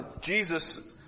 Jesus